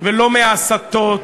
ולא מההסתות